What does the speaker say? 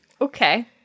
Okay